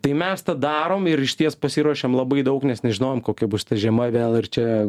tai mes tą darom ir išties pasiruošėm labai daug nes nežinojom kokia bus žiema vėl ar čia